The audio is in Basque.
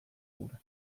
hura